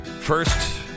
First